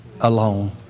alone